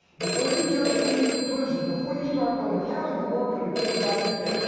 before you jump to any conclusions, before you start going, how in the world could a good god do that?